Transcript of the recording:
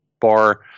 bar